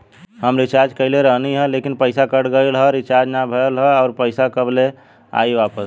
हम रीचार्ज कईले रहनी ह लेकिन पईसा कट गएल ह रीचार्ज ना भइल ह और पईसा कब ले आईवापस?